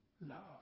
Love